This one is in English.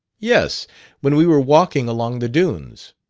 yes when we were walking along the dunes.